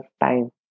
time